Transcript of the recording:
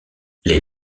les